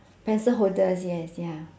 pencil holders yes ya